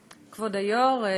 היו"ר,